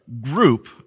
group